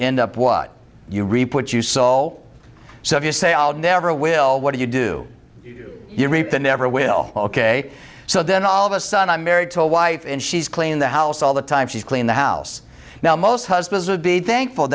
end up what you reap what you soul so if you say i'll never will what do you do you reap the never will ok so then all of a sudden i'm married to a wife and she's cleaning the house all the time she's clean the house now most husbands would be thankful